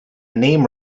name